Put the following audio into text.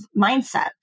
mindset